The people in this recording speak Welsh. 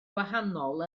gwahanol